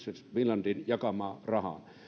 finlandin jakamaan rahaan